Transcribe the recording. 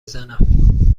زنم